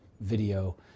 video